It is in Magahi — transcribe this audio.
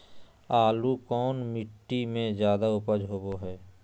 आलू कौन मिट्टी में जादा ऊपज होबो हाय?